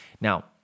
Now